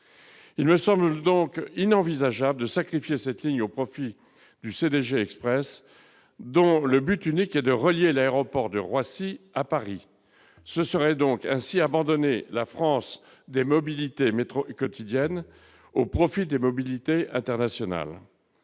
Il me semble donc inenvisageable de sacrifier cette ligne au profit du projet CDG Express dont le but unique est de relier l'aéroport de Roissy à Paris. Ce projet reviendrait à abandonner la France des mobilités quotidiennes au profit des mobilités internationales.